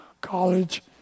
college